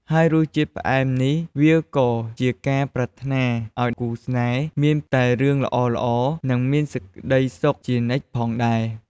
ហើយរសជាតិផ្អែមនេះវាក៏ជាការប្រាថ្នាឲ្យគូស្នេហ៍មានតែរឿងល្អៗ និងមានក្ដីសុខជានិច្ចផងដែរ។